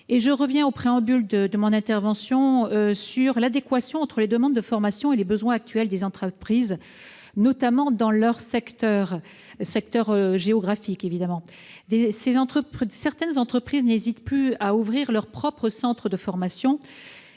propos en préambule, porte sur l'adéquation entre les demandes de formation et les besoins actuels des entreprises, notamment dans leur secteur géographique. Certaines entreprises n'hésitent plus à ouvrir leur propre centre de formation.